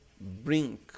bring